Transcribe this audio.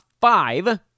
five